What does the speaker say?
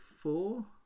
four